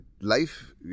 life